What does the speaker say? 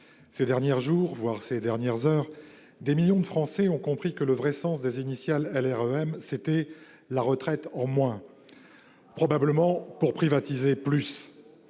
Ces derniers jours, voire ces dernières heures, des millions de Français ont compris que le vrai sens des initiales LREM, c'était « La Retraite En Moins »... probablement pour privatiser plus